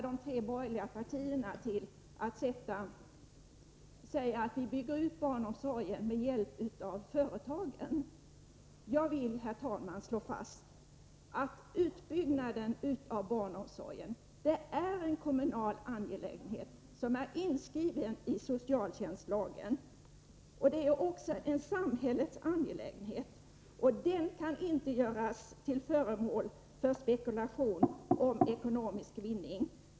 De tre borgerliga partierna litar nu till att barnomsorgen skall byggas ut med hjälp av företagen. Jag vill slå fast att utbyggnaden av barnomsorgen är en kommunal angelägenhet, som är inskriven i socialtjänstlagen. Det är också en samhällets angelägenhet. Den kan inte göras till föremål för spekulation och ekonomisk vinning.